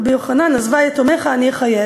רבי יוחנן: "עזבה יתומיך אני אחיה",